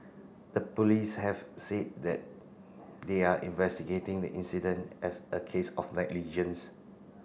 the police have said that they are investigating the incident as a case of negligence